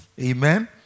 amen